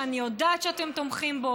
שאני יודעת שאתם תומכים בו,